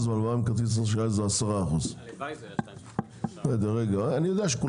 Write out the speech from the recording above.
והלוואה מכרטיסי אשראי זה 10%. כרגע תיתנו